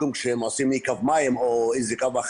כשהם עושים לי קו מים או ביוב,